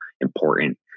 important